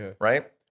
right